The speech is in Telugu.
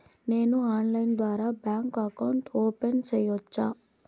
నేను ఆన్లైన్ ద్వారా బ్యాంకు అకౌంట్ ఓపెన్ సేయొచ్చా?